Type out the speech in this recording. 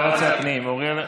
אני מבקש, אתה רוצה הפנים, חוקה.